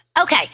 Okay